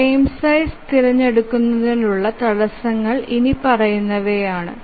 frame size തിരഞ്ഞെടുക്കുന്നതിനുള്ള തടസ്സങ്ങൾ ഇനിപ്പറയുന്നവയാണ്